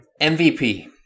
MVP